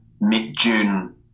mid-June